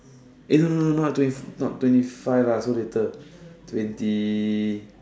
no no no not twenty not twenty five so little twenty